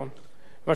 בבקשה, שלוש דקות.